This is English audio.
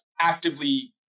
actively